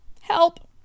Help